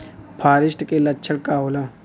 फारेस्ट के लक्षण का होला?